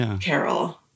carol